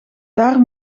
daar